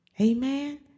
Amen